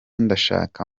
ndashaka